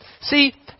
See